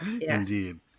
Indeed